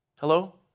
Hello